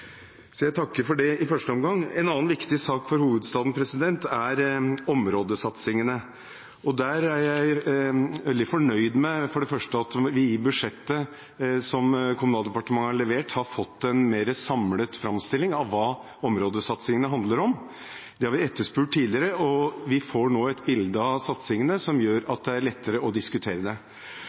Så jeg takker for det i første omgang. En annen viktig sak for hovedstaden er områdesatsingene. Der er jeg veldig fornøyd med for det første at vi i budsjettet som Kommunaldepartementet har levert, har fått en mer samlet framstilling av hva områdesatsingene handler om. Det har vi etterspurt tidligere, og vi får nå et bilde av satsingene som gjør at det er lettere å diskutere det.